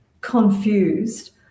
confused